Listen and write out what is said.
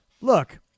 look